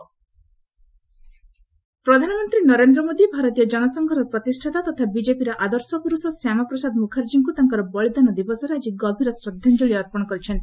Shyamaprasad anniversary ପ୍ରଧାନମନ୍ତ୍ରୀ ନରେନ୍ଦ୍ର ମୋଦି ଭାରତୀୟ ଜନସଂଘର ପ୍ରତିଷ୍ଠାତା ତଥା ବିଜେପିର ଆଦର୍ଶ ପୁରୁଷ ଶ୍ୟାମାପ୍ରସାଦ ମୁଖାର୍ଜୀଙ୍କୁ ତାଙ୍କର ବଳିଦାନ ଦିବସରେ ଆଜି ଗଭୀର ଶ୍ରଦ୍ଧାଞ୍ଚଳି ଅର୍ପଣ କରିଛନ୍ତି